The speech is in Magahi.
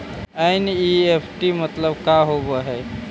एन.ई.एफ.टी मतलब का होब हई?